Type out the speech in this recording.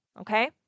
okay